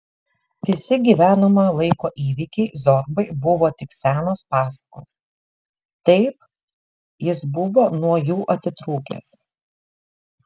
visi gyvenamojo laiko įvykiai zorbai buvo tik senos pasakos taip jis buvo nuo jų atitrūkęs